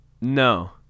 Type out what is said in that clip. No